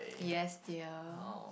yes dear